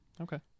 Okay